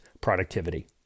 productivity